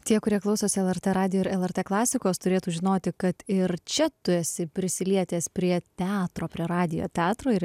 tie kurie klausosi lrt radijo ir lrt klasikos turėtų žinoti kad ir čia tu esi prisilietęs prie teatro prie radijo teatro ir